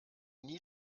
nie